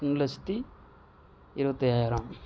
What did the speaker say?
மூணு லட்சத்து இருபத்தி ஐயாயிரம்